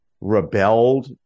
rebelled